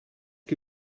que